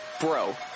bro